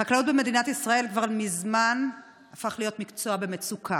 החקלאות במדינת ישראל כבר מזמן הפכה להיות מקצוע במצוקה,